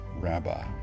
Rabbi